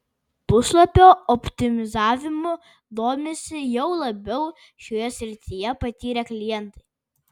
puslapio optimizavimu domisi jau labiau šioje srityje patyrę klientai